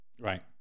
Right